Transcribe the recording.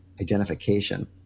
identification